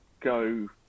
go